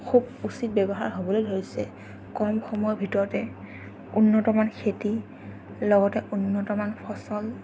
খুব উচিত ব্যৱহাৰ হ'বলৈ লৈছে কম সময়ৰ ভিতৰতে উন্নতমান খেতি লগতে উন্নতমান ফচল